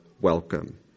welcome